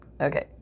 Okay